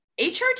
HRT